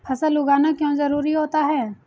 फसल उगाना क्यों जरूरी होता है?